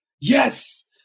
yes